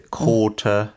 quarter